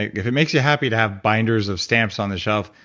if it makes you happy to have binders of stamps on a shelf,